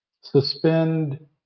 Suspend